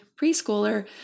preschooler